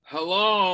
Hello